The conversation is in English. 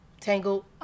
Tangled